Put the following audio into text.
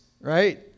right